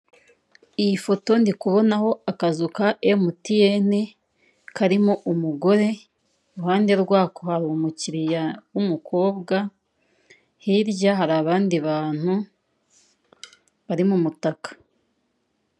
Iyi foto ndikubonaho akazu ka emutiyeni karimo umugore, iruhande rwako hari umukiriya w'umukobwa, hirya hari abandi bantu bari mu mutaka.